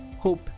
hope